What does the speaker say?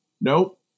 nope